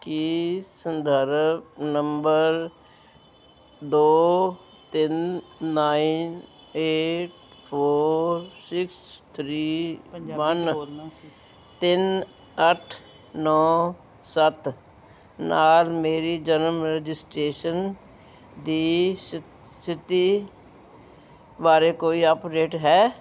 ਕੀ ਸੰਦਰਭ ਨੰਬਰ ਦੋ ਤਿੰਨ nine eight four six three one ਤਿੰਨ ਅੱਠ ਨੌਂ ਸੱਤ ਨਾਲ ਮੇਰੀ ਜਨਮ ਰਜਿਸਟ੍ਰੇਸ਼ਨ ਦੀ ਸਥਿਤੀ ਬਾਰੇ ਕੋਈ ਅਪਡੇਟ ਹੈ